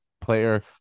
player